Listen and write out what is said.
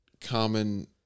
common